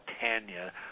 Tanya